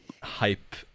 hype